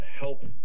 help